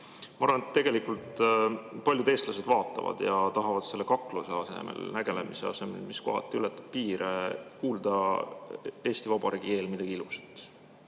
Ma arvan, et tegelikult paljud eestlased vaatavad ja tahavad selle kakluse ja nägelemine asemel, mis kohati ületab piire, kuulda Eesti Vabariigi eel midagi ilusat.